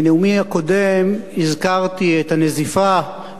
בנאומי הקודם הזכרתי את הנזיפה,